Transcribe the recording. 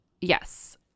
yes